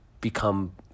become